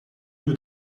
new